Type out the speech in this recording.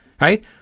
right